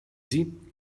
sie